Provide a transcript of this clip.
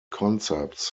concepts